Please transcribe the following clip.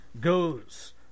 goes